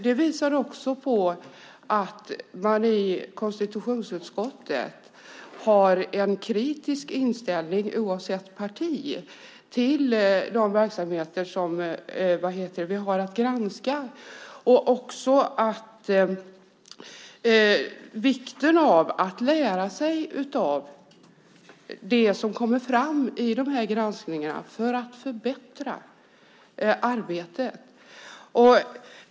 Det visar på att vi i konstitutionsutskottet har en kritisk inställning, oavsett parti, till de verksamheter som vi har att granska och också på vikten av att lära oss av det som kommer fram i granskningarna för att kunna förbättra arbetet.